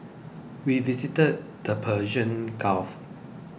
we visited the Persian Gulf